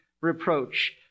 reproach